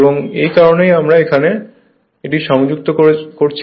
এবং এই কারণেই আমরা এখানে এটি সংযুক্ত করেছে